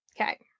Okay